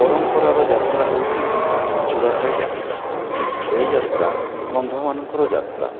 ପରମ୍ପରାର ଯାତ୍ରା ହେଉଛି ଚୂଡାଖାଇ ଯାତ୍ରା ଏଇ ଯାତ୍ରା କନ୍ଧମାନଙ୍କର ଯାତ୍ରା